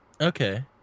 Okay